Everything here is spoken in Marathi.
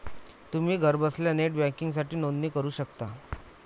तुम्ही घरबसल्या नेट बँकिंगसाठी नोंदणी करू शकता